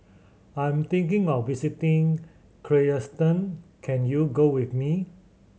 I'm thinking of visiting Kyrgyzstan can you go with me